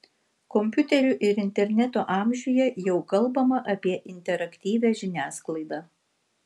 kompiuterių ir interneto amžiuje jau kalbama apie interaktyvią žiniasklaidą